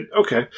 Okay